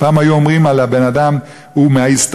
פעם היו אומרים על בן-אדם: "הוא מההסתדרות".